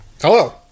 Hello